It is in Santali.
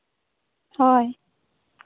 ᱦᱳᱭ